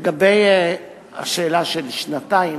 לגבי השאלה של שנתיים,